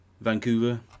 Vancouver